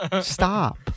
Stop